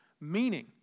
meaning